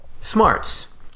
smarts